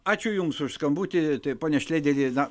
ačiū jums už skambutį tai pone šlėderi na